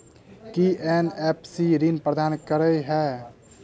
की NBFC ऋण प्रदान करे है?